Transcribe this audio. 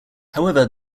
however